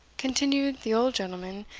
continued the old gentleman,